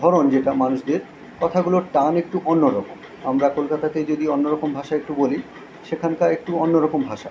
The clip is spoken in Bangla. ধরণ যেটা মানুষদের কথাগুলোর টান একটু অন্য রকম আমরা কলকাতাতে যদি অন্য রকম ভাষা একটু বলি সেখানকার একটু অন্য রকম ভাষা